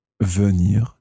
venir